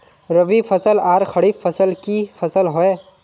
रवि फसल आर खरीफ फसल की फसल होय?